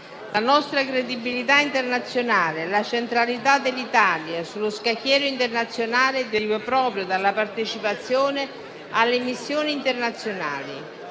La nostra credibilità internazionale e la centralità dell'Italia sullo scacchiere internazionale derivano proprio dalla partecipazione alle missioni internazionali;